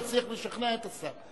תצליח לשכנע את השר.